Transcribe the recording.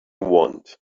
want